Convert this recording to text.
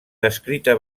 descrita